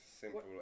simple